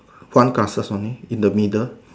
sunglasses only in the middle